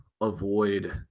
avoid